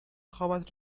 خوابت